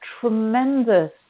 tremendous